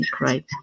right